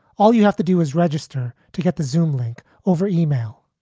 all you have to do is register to get the zoom link over email.